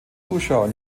zuschauer